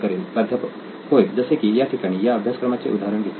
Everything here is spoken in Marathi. प्राध्यापक होय जसे की या ठिकाणी या अभ्यासक्रमाचे उदाहरण घेता येईल